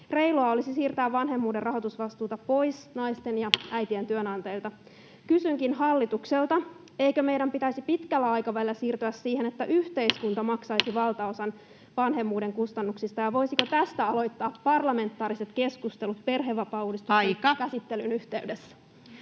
Reilua olisi siirtää vanhemmuuden rahoitusvastuuta pois naisten ja äitien työnantajilta. Kysynkin hallitukselta: eikö meidän pitäisi pitkällä aikavälillä siirtyä siihen, että yhteiskunta maksaisi valtaosan vanhemmuuden kustannuksista, ja voisiko tästä aloittaa parlamentaariset keskustelut [Puhemies: Aika!] perhevapaauudistuksen käsittelyn yhteydessä?